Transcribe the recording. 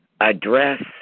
address